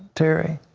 terry?